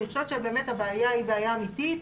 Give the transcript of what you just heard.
הבעיה הזאת אמיתית.